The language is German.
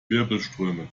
wirbelströme